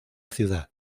ciudad